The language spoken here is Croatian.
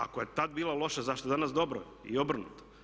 Ako je tada bila loša zašto je danas dobro i obrnuto?